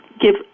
give